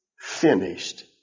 finished